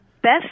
best